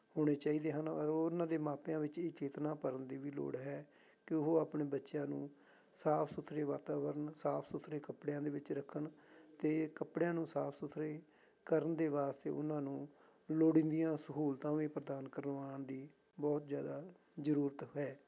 ਹੋਣੇ ਚਾਹੀਦੇ ਹਨ ਔਰ ਉਹਨਾਂ ਦੇ ਮਾਪਿਆਂ ਵਿੱਚ ਇਹ ਚੇਤਨਾ ਭਰਨ ਦੀ ਵੀ ਲੋੜ ਹੈ ਕਿ ਉਹ ਆਪਣੇ ਬੱਚਿਆਂ ਨੂੰ ਸਾਫ਼ ਸੁਥਰੇ ਵਾਤਾਵਰਨ ਸਾਫ਼ ਸੁਥਰੇ ਕੱਪੜਿਆਂ ਦੇ ਵਿੱਚ ਰੱਖਣ ਅਤੇ ਕੱਪੜਿਆਂ ਨੂੰ ਸਾਫ਼ ਸੁਥਰੇ ਕਰਨ ਦੇ ਵਾਸਤੇ ਉਹਨਾਂ ਨੂੰ ਲੋੜੀਂਦੀਆਂ ਸਹੂਲਤਾਂ ਵੀ ਪ੍ਰਦਾਨ ਕਰਵਾਉਣ ਦੀ ਬਹੁਤ ਜ਼ਿਆਦਾ ਜ਼ਰੂਰਤ ਹੈ